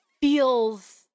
feels